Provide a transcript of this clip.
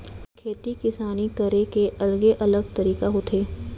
खेती किसानी करे के अलगे अलग तरीका होथे